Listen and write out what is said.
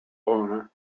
owner